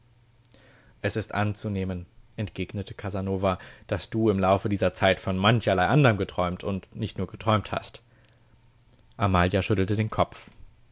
es ist anzunehmen entgegnete casanova daß du im laufe dieser zeit von mancherlei anderm geträumt und nicht nur geträumt hast amalia schüttelte den kopf